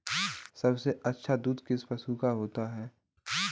सबसे अच्छा दूध किस पशु का होता है?